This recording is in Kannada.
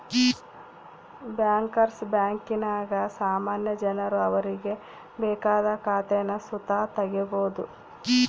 ಬ್ಯಾಂಕರ್ಸ್ ಬ್ಯಾಂಕಿನಾಗ ಸಾಮಾನ್ಯ ಜನರು ಅವರಿಗೆ ಬೇಕಾದ ಖಾತೇನ ಸುತ ತಗೀಬೋದು